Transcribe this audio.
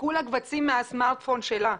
נמחקו לה קבצים מהסמארטפון שלה,